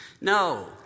no